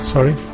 Sorry